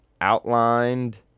outlined